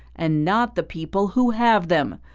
and not the people who have them.